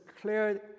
cleared